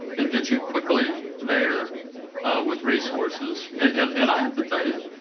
and get you quickly there with resources. and and i have to tell you,